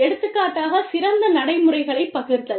எடுத்துக்காட்டாக சிறந்த நடைமுறைகளைப் பகிர்தல்